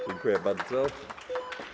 Dziękuję bardzo.